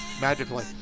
Magically